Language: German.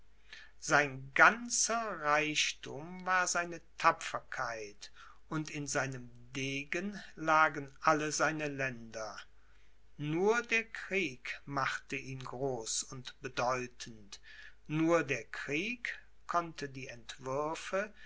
sein ganzer reichthum war seine tapferkeit und in seinem degen lagen alle seine länder nur der krieg machte ihn groß und bedeutend nur der krieg konnte die